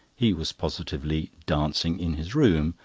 he was positively dancing in his room,